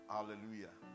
Hallelujah